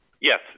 Yes